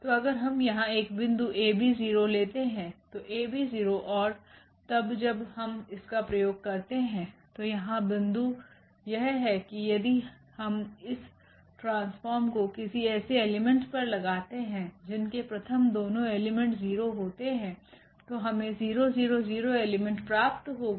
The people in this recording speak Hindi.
तो अगर हम यहाँ एक बिन्दु ab0 लेते हैं तो 𝑎b0 और तब जब हम इसका प्रयोग करते हैंतो यहाँ बिंदु यह है कि यदि हम इस ट्रांसफोर्म को किसी ऐसे एलिमेंट पर लगाते है जिनके प्रथम दोनों एलिमेंट 0 होते है तो हमे 000 एलिमेंट प्राप्त होगा